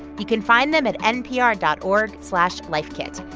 you can find them at npr dot org slash lifekit.